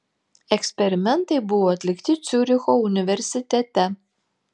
eksperimentai buvo atlikti ciuricho universitete